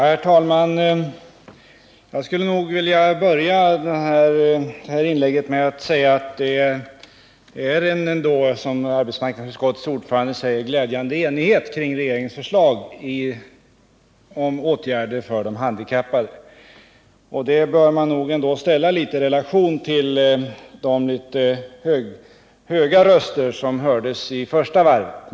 Herr talman! Jag skulle vilja börja det här inlägget med att säga att det ändå, som arbetsmarknadsutskottets ordförande sade, föreligger en glädjande enighet kring regeringens förslag till åtgärder för de handikappade. Det något höga röstläge som märktes i första varvet när propositionen bekantgjordes bör sättas i relation till detta.